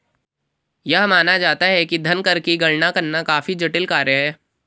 यह माना जाता है कि धन कर की गणना करना काफी जटिल कार्य है